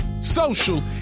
social